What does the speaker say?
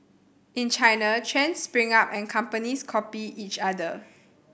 in China trends spring up and companies copy each other